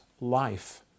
life